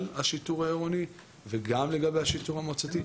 השיטור העירוני וגם לגבי השיטור המועצתי.